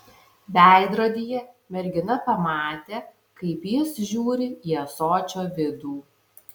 veidrodyje mergina pamatė kaip jis žiūri į ąsočio vidų